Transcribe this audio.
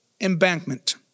embankment